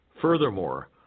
Furthermore